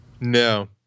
No